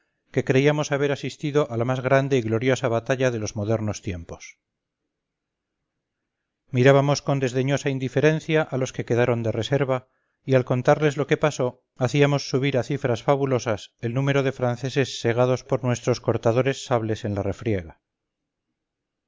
que creíamos haber asistido a la más grande y gloriosa batalla de los modernos tiempos mirábamos con desdeñosa indiferencia a los que quedaron de reserva y al contarles lo que pasó hacíamos subir a cifrasfabulosas el número de franceses segados por nuestros cortadores sables en la refriega